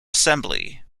assembly